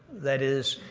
that is,